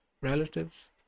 relatives